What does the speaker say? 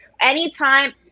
Anytime